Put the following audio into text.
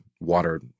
Water